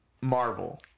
Marvel